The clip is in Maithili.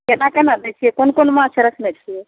केना केना दै छियै कोन कोन माँछ रखने छियै